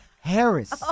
Harris